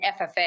FFA